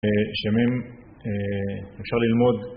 יש ימים אפשר ללמוד